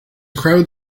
crowd